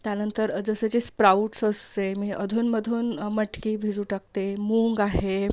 त्यानंतर जसं जे स्प्राउट्स असते मी अधूनमधून हे मटकी भिजू टाकते मूग आहे